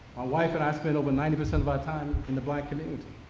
wife and i spend over ninety percent of our time in the black community.